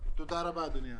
תודה רבה, אדוני היושב-ראש.